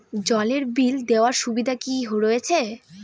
জলের বিল দেওয়ার সুবিধা কি রয়েছে?